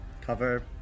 Cover